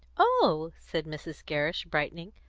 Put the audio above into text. oh! said mrs. gerrish, brightening.